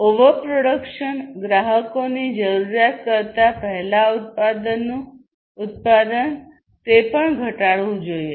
overproduction ગ્રાહકોની જરૂરિયાત કરતાં પહેલા ઉત્પાદનનું ઉત્પાદન તે પણ ઘટાડવું જોઈએ